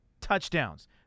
touchdowns